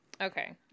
Okay